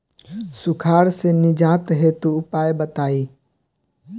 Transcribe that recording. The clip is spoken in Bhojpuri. सुखार से निजात हेतु उपाय बताई?